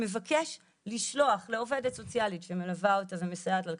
שמבקש לשלוח לעובדת הסוציאלית שמלווה אותה ומסייעת לה לקבל,